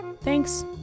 Thanks